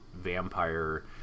vampire